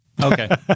Okay